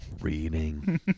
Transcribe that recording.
reading